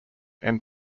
end